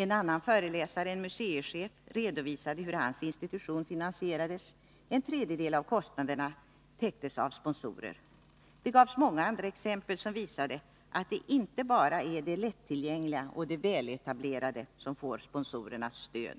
En annan föreläsare, en museichef, redovisade hur hans institution finansierades; en tredjedel av kostnaderna täcktes av sponsorer. Det gavs många andra exempel som visade att det inte bara är det lättillgängliga eller det väletablerade som får sponsorernas stöd.